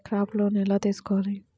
Crop loan ఎలా తీసుకోవాలి?